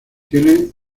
tiene